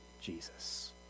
Jesus